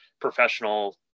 professional